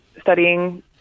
studying